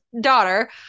daughter